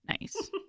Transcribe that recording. Nice